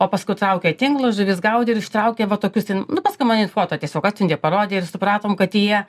o paskui traukė tinklus žuvis gaudė ir ištraukė va tokius jin nu paskui man jin foto tiesiog atsiuntė parodė ir supratom kad jie